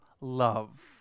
love